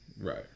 Right